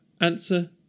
Answer